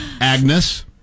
Agnes